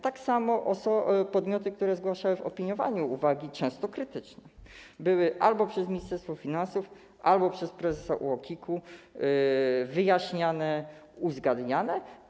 Tak samo w przypadku podmiotów, które zgłaszały w opiniowaniu uwagi, często krytyczne, było to albo przez Ministerstwo Finansów, albo przez prezesa UOKiK-u wyjaśniane, uzgadniane.